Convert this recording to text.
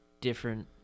different –